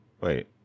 Wait